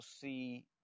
see